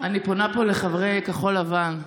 אני פונה פה לחברי כחול לבן: